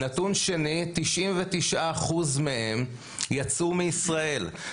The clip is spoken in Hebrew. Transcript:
נתון שני, 99% מהם יצאו מישראל.